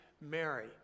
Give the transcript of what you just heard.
Mary